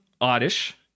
Oddish